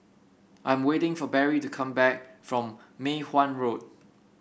I'm waiting for Barry to come back from Mei Hwan Road